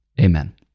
amen